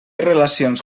relacions